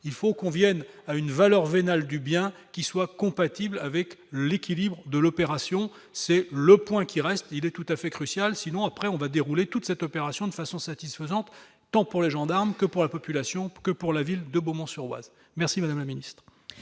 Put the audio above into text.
il faut qu'on Vienne à une valeur vénale du bien qui soient compatibles avec l'équilibre de l'opération, c'est le point qui reste, il est tout à fait crucial, sinon après on va dérouler toute cette opération de façon satisfaisante, tant pour les gendarmes, que pour la population que pour la ville de Beaumont-sur-Oise, merci madame la ministre.